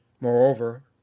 Moreover